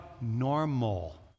normal